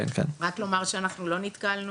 רק לומר שאנחנו לא נתקלנו